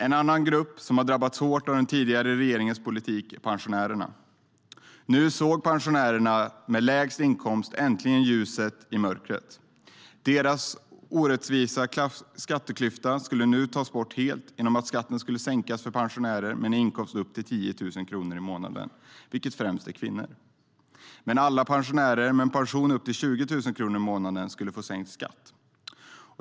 En annan grupp som har drabbats hårt av den tidigare regeringens politik är pensionärerna. Nu såg pensionärerna med lägst inkomster äntligen ljuset i mörkret. Deras orättvisa skatteklyfta skulle nu tas bort helt genom att skatten skulle sänkas för pensionärer med en inkomst upp till 10 000 kr i månaden, vilka främst är kvinnor. Alla pensionärer med en pension på upp till 20 000 kronor i månaden skulle få sänkt skatt.